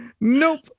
nope